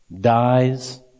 dies